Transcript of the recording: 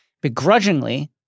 Begrudgingly